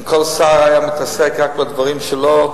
אם כל שר היה מתעסק רק בדברים שלו,